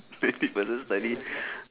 fifty percent study